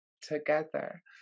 together